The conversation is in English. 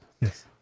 Yes